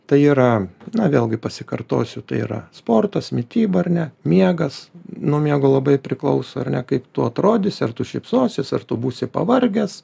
tai yra na vėlgi pasikartosiu tai yra sportas mityba ar ne miegas nuo miego labai priklauso ir ne kaip tu atrodysi ar tu šypsosies ar tu būsi pavargęs